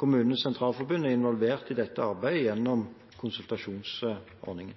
Kommunenes Sentralforbund er involvert i dette arbeidet gjennom konsultasjonsordningen.